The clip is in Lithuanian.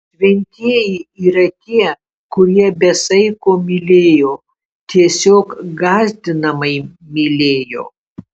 šventieji yra tie kurie be saiko mylėjo tiesiog gąsdinamai mylėjo